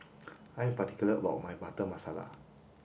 I am particular about my butter masala